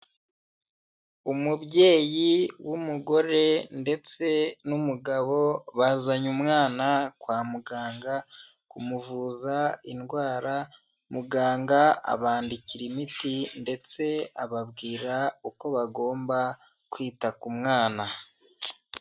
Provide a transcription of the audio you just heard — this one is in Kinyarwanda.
Umubyeyi w'umugore ndetse n'umugabo bazanye umwana kwa muganga kumuvuza indwara, muganga abandikira imiti ndetse ababwira uko bagomba kwita ku mwana.